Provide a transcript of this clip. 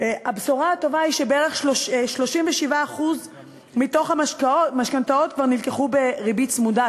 הבשורה הטובה היא שבערך 37% מתוך המשכנתאות כבר נלקחו בריבית צמודה.